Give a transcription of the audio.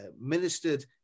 ministered